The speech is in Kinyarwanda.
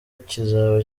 kizaba